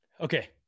okay